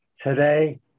today